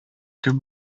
күп